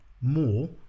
more